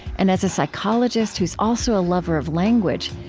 and as a psychologist who is also a lover of language,